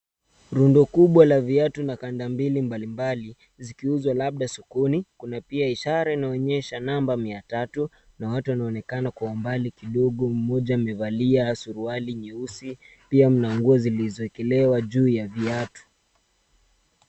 Rundo kubwa la viatu na kanda mbili mbalimbali zikiuzwa labda sokoni, kuna pia ishara inaonyesha namba mia tatu na watu wanaonekana kwa umbali kidogo mmoja amevalia suruali nyeusi. Pia mna nguo zilizoekelewa juu ya viatu.